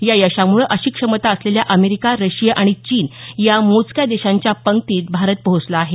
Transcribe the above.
या यशामुळे अशी क्षमता असलेल्या अमेरिका रशिया आणि चीन या मोजक्या देशांच्या पंक्तीत भारत पोहोचला आहे